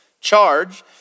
charge